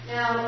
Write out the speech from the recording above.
Now